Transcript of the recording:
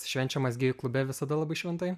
švenčiamas gėjų klube visada labai šventai